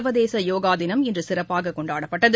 சர்வதேசயோகாதினம் இன்றுசிறப்பாககொண்டாடப்பட்டது